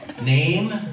Name